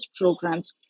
programs